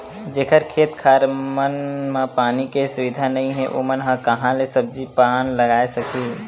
जेखर खेत खार मन म पानी के सुबिधा नइ हे ओमन ह काँहा ले सब्जी पान लगाए सकही